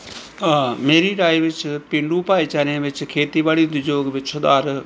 ਹਾਂ ਮੇਰੀ ਰਾਏ ਵਿੱਚ ਪੇਂਡੂ ਭਾਈਚਾਰਿਆਂ ਵਿੱਚ ਖੇਤੀਬਾੜੀ ਉਦਯੋਗ ਵਿੱਚ ਸੁਧਾਰ